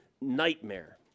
nightmare